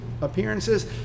appearances